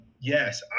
Yes